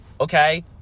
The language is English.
Okay